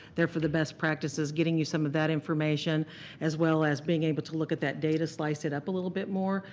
there for the best practices, getting you some of that information as well as being able to look at that data, slice it up a little bit more.